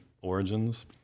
origins